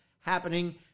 happening